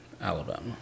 Alabama